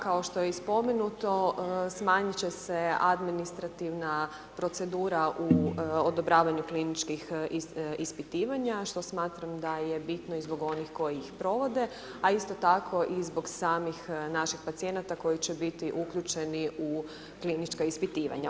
Kao što je i spomenuto, smanjiti će se administrativna procedura u odobravanju kliničkih ispitivanja, što smatram da je bitno i zbog onih koji ih provode, a isto tako i zbog samih naših pacijenata koji će biti uključeni u klinička ispitivanja.